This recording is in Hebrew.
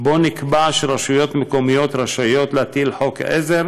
ונקבע בו כי רשויות מקומיות רשאיות להטיל חוק עזר